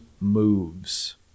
moves